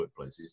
workplaces